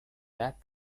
that